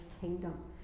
kingdom